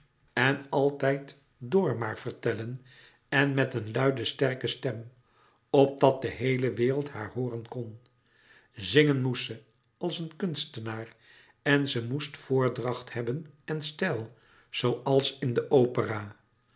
en altijd door maar vertellen en met een luide sterke stem opdat de heele wereld haar hooren kon zingen moest ze als een kunstenaar en ze moest voordracht hebben en stijl zooals in de opera